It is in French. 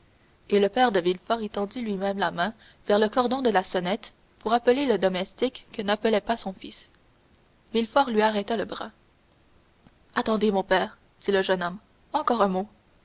et le père de villefort étendit lui-même la main vers le cordon de la sonnette pour appeler le domestique que n'appelait pas son fils villefort lui arrêta le bras attendez mon père dit le jeune homme encore un mot